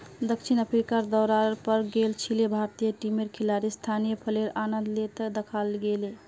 दक्षिण अफ्रीकार दौरार पर गेल छिले भारतीय टीमेर खिलाड़ी स्थानीय फलेर आनंद ले त दखाल गेले